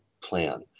plan